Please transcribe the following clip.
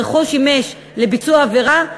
הרכוש ששימש לביצוע העבירה,